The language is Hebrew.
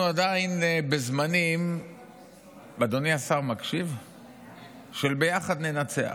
אנחנו עדיין בזמנים של ביחד ננצח,